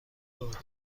داده